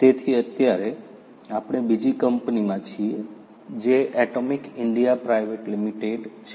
તેથી અત્યારે આપણે બીજી કંપનીમાં છીએ જે અટૉમિક ઇન્ડિયા પ્રાઇવેટ લિમિટેડ છે